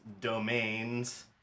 domains